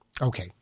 Okay